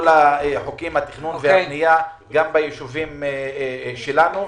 כל חוקי התכנון והבנייה גם בישובים שלנו.